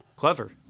Clever